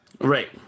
Right